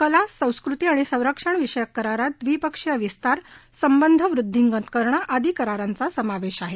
कला संस्कृती आणि सरंक्षण वि षयक करारात द्विपक्षीय विस्तार संबंध वृद्वींगत करणं जादी करारांचा समावेश आहे